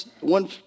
one